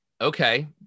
okay